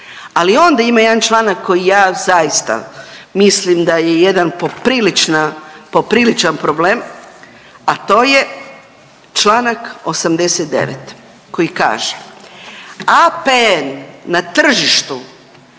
Ali onda ima jedan članak koji ja zaista mislim da je jedan poprilična, popriličan problem, a to je čl. 89. koji kaže, APN na tržištu